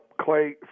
Clay